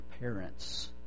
parents